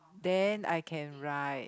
then I can write